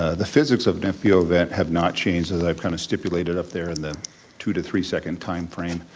ah the physics of an fbo event have not changed as i've kind of stipulated up there in the two to three second time frame,